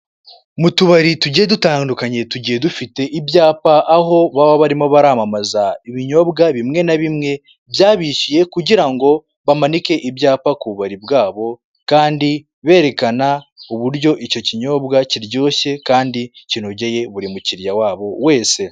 Mu tubari tujye dutandukanye tugiye dufite ibyapa aho baba barimo baramamaza ibinyobwa bimwe na bimwe byabishyuye kugirango bamanike ibyapa ku buriri bwabo kandi berekana uburyo icyo kinyobwa kiryoshye kandi kinogeye buri mukiriya wabo wese.